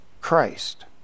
Christ